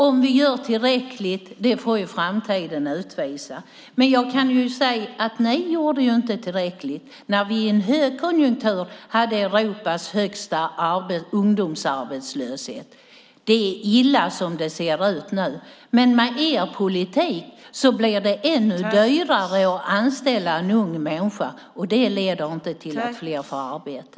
Om vi gör tillräckligt får framtiden utvisa, men jag kan säga att ni inte gjorde tillräckligt när vi i en högkonjunktur hade Europas högsta ungdomsarbetslöshet. Det är illa som det ser ut nu, men med er politik blir det ännu dyrare att anställa en ung människa, och det leder inte till att fler får arbete.